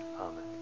amen